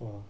uh